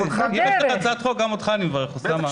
אם יש לך הצעת חוק, גם אותך אני מברך, אוסאמה.